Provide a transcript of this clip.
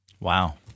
Wow